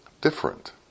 different